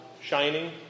shining